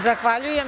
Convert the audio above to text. Zahvaljujem.